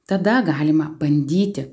tada galima bandyti